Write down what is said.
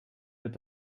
wird